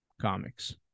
comics